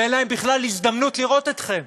שאין להם בכלל הזדמנות לראות אתכם?